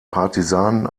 partisanen